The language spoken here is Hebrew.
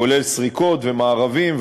כולל סריקות ומארבים,